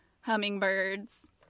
hummingbirds